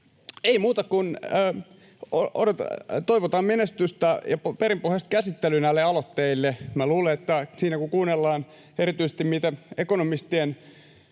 Ei muuta kuin toivotan menestystä ja perinpohjaista käsittelyä näille aloitteille. Minä luulen, että siinä kun kuunnellaan erityisesti ekonomistien